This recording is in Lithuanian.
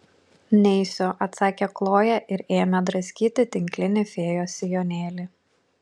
neisiu atsakė kloja ir ėmė draskyti tinklinį fėjos sijonėlį